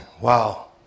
wow